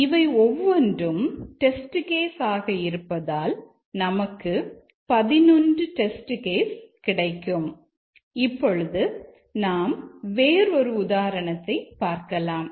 இப்பொழுது நாம் வேறு ஒரு உதாரணத்தை பார்க்கலாம்